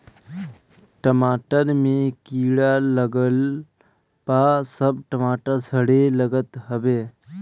टमाटर में कीड़ा लागला पअ सब टमाटर सड़े लागत हवे